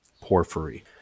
Porphyry